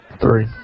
Three